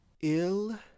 ill